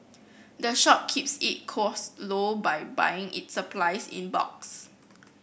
the shop keeps its cost low by buying its supplies in bulks